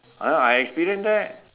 ah I experienced that